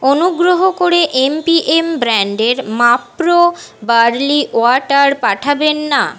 অনুগ্রহ করে এমপিএম ব্র্যান্ডের মাপ্রো বার্লি ওয়াটার পাঠাবেন না